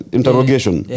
interrogation